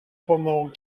pendant